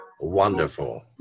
Wonderful